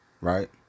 Right